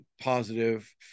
positive